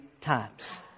times